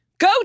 Go